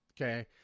okay